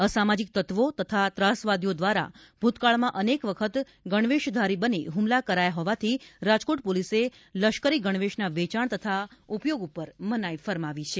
અસામાજિક તત્વો તથા ત્રાસવાદીઓ દ્વારા ભૂતકાળમાં અનેક વખત ગણવેશધારી બની હુમલા કરાયા હોવાથી રાજકોટ પોલીસે લશકરી ગણવેશના વેચાણ તથા ઉપયોગ ઉપર મનાઇ ફરમાવી છે